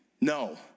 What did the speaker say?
No